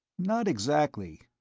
not exactly,